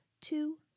Two